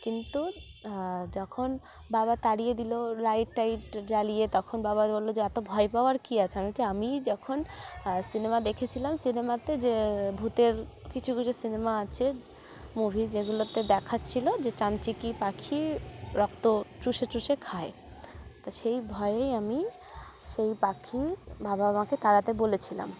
কিন্তু যখন বাবা তাড়িয়ে দিল লাইট টাইট জ্বালিয়ে তখন বাবা বললো যে এত ভয় পাওয়ার কী আছে আমি আমি যখন সিনেমা দেখেছিলাম সিনেমাতে যে ভূতের কিছু কিছু সিনেমা আছে মুভি যেগুলোতে দেখাচ্ছিলো যে চামচিকি পাখি রক্ত চুষে চুষে খায় তা সেই ভয়েই আমি সেই পাখি বাবা মাাকে তাড়াতে বলেছিলাম